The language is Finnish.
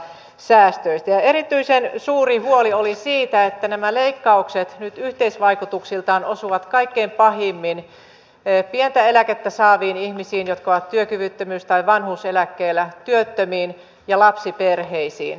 ja erityisen suuri huoli oli siitä että nämä leik kaukset nyt yhteisvaikutuksiltaan osuvat kaikkein pahimmin pientä eläkettä saaviin ihmisiin jotka ovat työkyvyttömyys tai vanhuuseläkkeellä työttömiin ja lapsiperheisiin